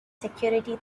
security